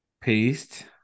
Paste